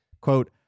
quote